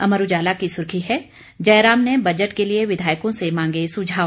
अमर उजाला की सुर्खी है जयराम ने बजट के लिए विधायकों से मांगे सुझाव